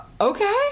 Okay